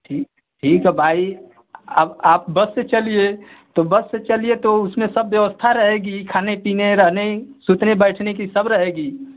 ठीक ठीक है भाई आप आप बस से चलिए तो बस से चलिए तो उसमें सब व्यवस्था रहेगी खाने पीने रहने सुतने बैठने की सब रहेगी